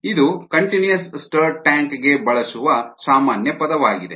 ಇದು continuous stirred tank ಗೆ ಬಳಸುವ ಸಾಮಾನ್ಯ ಪದವಾಗಿದೆ